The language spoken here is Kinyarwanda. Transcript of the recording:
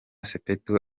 sepetu